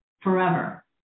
forever